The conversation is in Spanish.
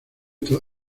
tres